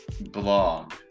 blog